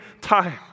time